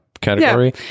category